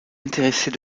intéresser